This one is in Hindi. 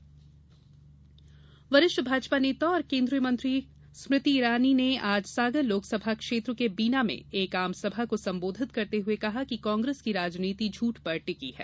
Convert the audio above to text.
स्मृति इरानी वरिष्ठ भाजपा नेता और केन्द्रीय मंत्री स्मृति इरानी ने आज सागर लोकसभा क्षेत्र के बीना में एक आमसभा को संबोधित करते हुए कहा कि कांग्रेस की राजनीति झूठ पर टिकी है